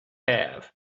have